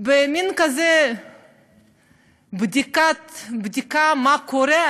במין כזו בדיקה, מה קורה?